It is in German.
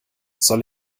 soll